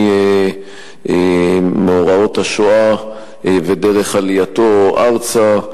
ממאורעות השואה ודרך עלייתו ארצה,